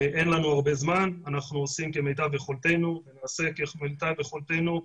אין לנו הרבה זמן ואנחנו עושים כמיטב יכולתנו ונעשה כמיטב יכולתנו,